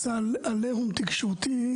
נעשה עליהום תקשורתי,